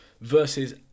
versus